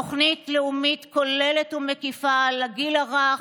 תוכנית לאומית כוללת ומקיפה לגיל הרך,